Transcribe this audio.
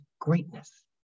greatness